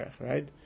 right